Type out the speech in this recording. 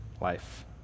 life